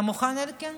אתה מוכן, אלקין?